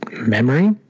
memory